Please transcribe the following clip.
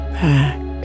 back